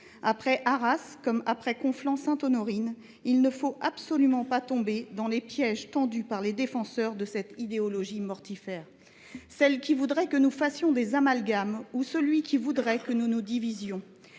Après Arras comme après Conflans Sainte Honorine, il ne faut absolument pas tomber dans les pièges tendus par les défenseurs de cette idéologie mortifère, celle là même qui voudrait que nous fassions des amalgames ou que nous nous divisions.